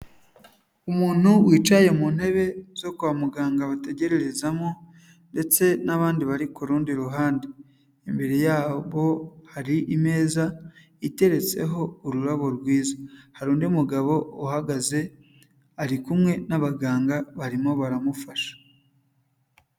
Umuntu wicaye mu ntebe zo kwa muganga bategererezamo ndetse n'abandi bari kurundi ruhande, imbere yabo hari imeza iteretseho ururabo rwiza, hari undi mugabo uhagaze ari kumwe n'abaganga barimo baramufasha.